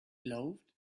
glowed